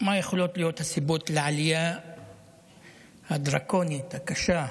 מה יכולות להיות הסיבות לעלייה הדרקונית, הקשה?